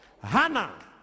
hannah